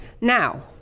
now